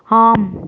ஆம்